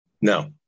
No